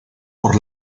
por